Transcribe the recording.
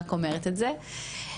רק אומרת את זה,